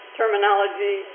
terminology